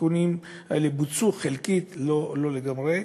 התיקונים האלה בוצעו חלקית, לא לגמרי.